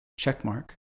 Checkmark